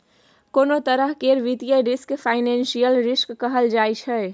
कोनों तरह केर वित्तीय रिस्क फाइनेंशियल रिस्क कहल जाइ छै